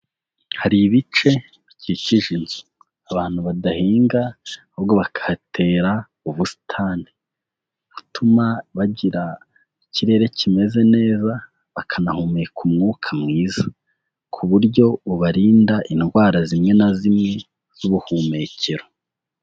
Hari ibice bikikije inzu abantu badahinga ahubwo bakahatera ubusitani butuma bagira ikirere kimeze neza, bakanahumeka umwuka mwiza, ku buryo ubarinda indwara zimwe na zimwe z'ubuhumekero.